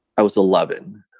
i was eleven.